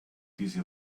diese